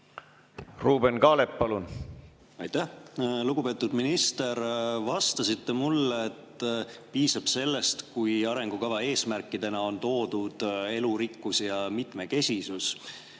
Ruuben Kaalep, palun! Aitäh! Lugupeetud minister! Vastasite mulle, et piisab sellest, kui arengukava eesmärkidena on toodud elurikkus ja mitmekesisus.